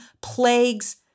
Plagues